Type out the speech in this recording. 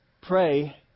Pray